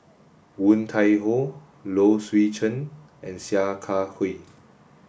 Woon Tai Ho Low Swee Chen and Sia Kah Hui